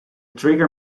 trigger